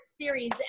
series